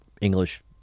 English